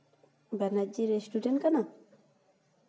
Banerjee restaurant ᱠᱟᱱᱟ